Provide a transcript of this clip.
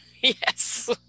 yes